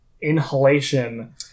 inhalation